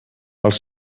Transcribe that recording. els